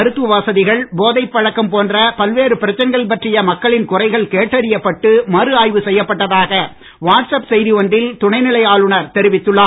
மருத்துவ வசதிகள் போதைப் பழக்கம் போன்ற பல்வேறு பிரச்சனைகள் பற்றிய மக்களின் குறைகள் கேட்டறியப்பட்டு மறு ஆய்வு செய்யப்பட்டதாக வாட்ஸ்அப் செய்தி ஒன்றில் துணைநிலை ஆளுநர் தெரிவித்துள்ளார்